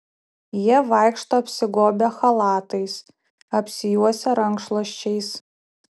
jie vaikšto apsigobę chalatais apsijuosę rankšluosčiais